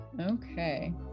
Okay